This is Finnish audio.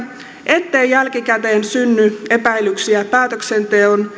ettei jälkikäteen synny epäilyksiä päätöksenteon